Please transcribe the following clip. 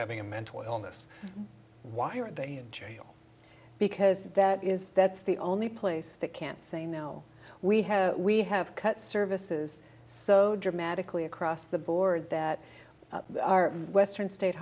having a mental illness why are they in jail because that is that's the only place that can say no we have we have cut services so dramatically across the board that our western sta